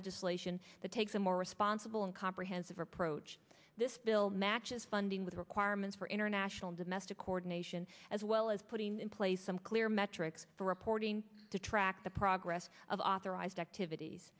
legislation that takes a more responsible and comprehensive approach this bill matches funding with requirements for international domestic coordination as well as putting in place some clear metrics for reporting to track the progress of authorized activities